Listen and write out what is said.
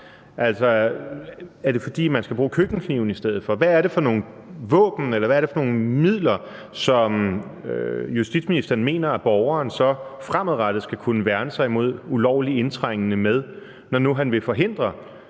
er det, fordi man skal bruge køkkenkniven i stedet for? Hvad er det for nogle våben, eller hvad er det for nogle midler, som justitsministeren mener at borgeren fremadrettet skal kunne bruge til at værne sig mod ulovligt indtrængende, når nu han vil forbyde